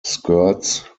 skirts